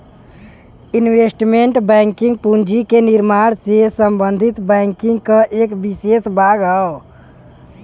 investment banking पूंजी के निर्माण से संबंधित बैंकिंग क एक विसेष भाग हौ